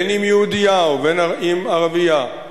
בין אם יהודייה ובין אם ערבייה,